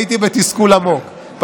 הייתי בתסכול עמוק,